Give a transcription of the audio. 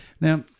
Now